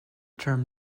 term